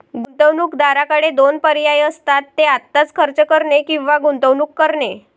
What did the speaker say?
गुंतवणूकदाराकडे दोन पर्याय असतात, ते आत्ताच खर्च करणे किंवा गुंतवणूक करणे